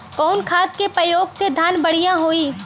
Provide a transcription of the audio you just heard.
कवन खाद के पयोग से धान बढ़िया होई?